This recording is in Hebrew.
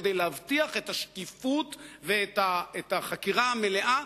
כדי להבטיח את השקיפות ואת החקירה המלאה,